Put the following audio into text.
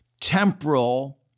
temporal